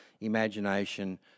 imagination